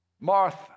Martha